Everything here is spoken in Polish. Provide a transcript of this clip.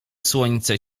słońce